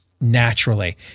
naturally